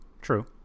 True